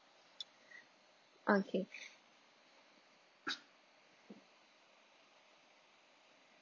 okay